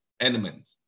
elements